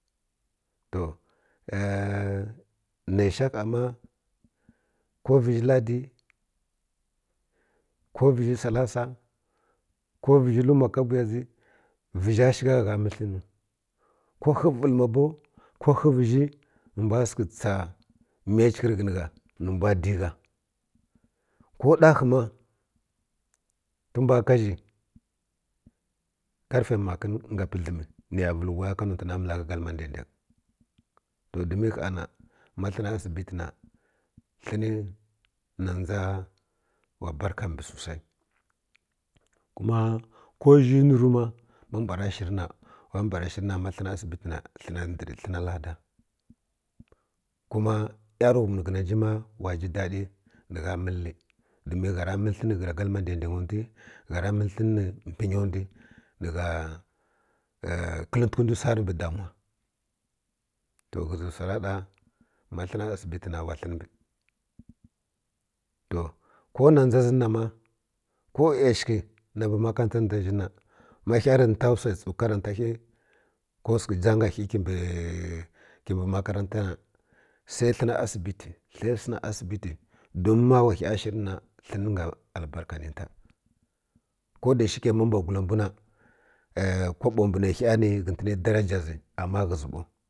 To nə sha ha ma ko vəzhi ladi ko vəzhi salasu ko vəzhi luma ka bwa tsi vəzha shi ka gha gha məl hən nwi ko həvəl ma bow ko həvəzhi ni mbw səkə tsa miya chikə rə ghən gha ni mbw di gha ko ɗa hi ma tə mbw kha zhi kar fə makən nga pədləm ni ya vəl whai ka nonti manəla ghə na galma daidang to domin ha na ma hən na asibi tə na hən ni na dʒa wa barka mbi susa ko zhi nu rə ma ma mbw ra shir na ira mbru shir ma həna asibi tə na hə na ndri hə na lala kuma yanghum ni ghə na nji ma wa ji daɗi ni gha məl domin gha ra məl hən mə ghə na galma daidang ndwi gha ra məl hən ni pənya ndwi ni gha kəl tə ndwi sarə mbi damuwa to ghə zi wsa ra ɗa ma hə na asibi tə wa hən mbi to na dʒa zi na ma ko yasəki nu mbi makarant a na dʒa zha na ma ghə rə nta wsu tsu karanta ghə ko wsa tsu janga ghə kə mri makaranta na sai hə na asibitə ca hən na asibi tə domin wa ghə shir na hən nga albar ka nta ko da ʃhi ke ma mbwgula mbw na kobo mbi nə ghə ni ghətəni daraja zi ama ghə zi baw